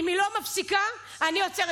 אם היא לא מפסיקה, אני עוצרת.